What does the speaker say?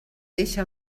deixa